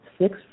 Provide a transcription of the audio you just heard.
six